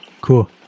Cool